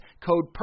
Code